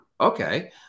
okay